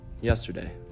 yesterday